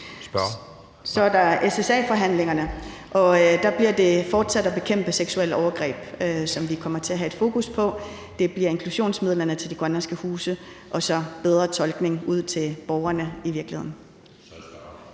Så er der SSA-forhandlingerne, og der bliver det fortsat det at bekæmpe seksuelle overgreb, som vi kommer til at have et fokus på. Det bliver i virkeligheden også inklusionsmidlerne til de grønlandske huse og så en bedre tolkning ud til borgerne. Kl.